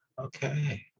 okay